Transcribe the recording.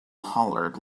hollered